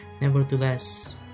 Nevertheless